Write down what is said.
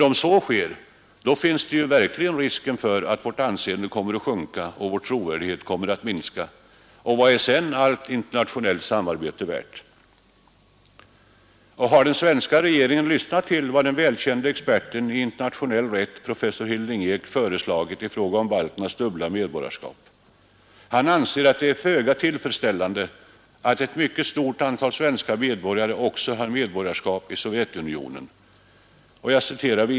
Om så sker, då finns verkligen risken för att vårt anseende kommer att sjunka och vår trovärdighet kommer att minska. Och vad är sedan allt internationellt arbete värt? Har den svenska regeringen lyssnat till vad den välkände experten i internationell rätt, professor Hilding Eek, föreslagit i fråga om balternas dubbla medborgarskap? Han anser att det är föga tillfredsställande att ett mycket stort antal svenska medborgare också har medborgarskap i Sovjetunionen.